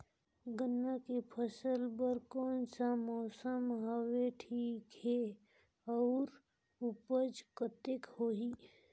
गन्ना के फसल बर कोन सा मौसम हवे ठीक हे अउर ऊपज कतेक होही?